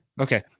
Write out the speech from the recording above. Okay